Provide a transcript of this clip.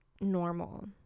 normal